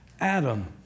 Adam